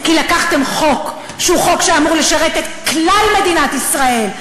כי לקחתם חוק שהוא חוק שאמור לשרת את כלל מדינת ישראל,